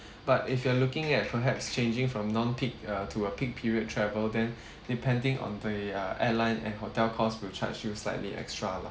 but if you are looking at perhaps changing from non-peak uh to a peak period travel then depending on the uh airline and hotel cost will charge you slightly extra lah